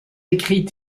écrits